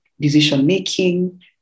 decision-making